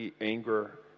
anger